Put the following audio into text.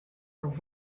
are